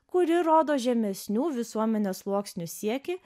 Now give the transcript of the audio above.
kuri rodo žemesnių visuomenės sluoksnių siekį